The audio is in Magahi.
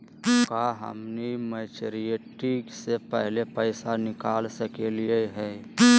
का हम मैच्योरिटी से पहले पैसा निकाल सकली हई?